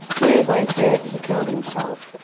two years later he killed himself,